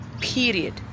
period